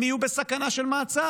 הם יהיו בסכנה של מעצר,